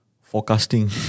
forecasting